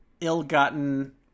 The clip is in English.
ill-gotten